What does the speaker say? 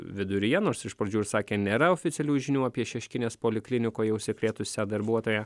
viduryje nors iš pradžių ir sakė nėra oficialių žinių apie šeškinės poliklinikoj užsikrėtusią darbuotoją